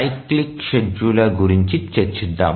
cyclic scheduler గురించి చర్చిద్దాం